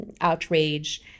outrage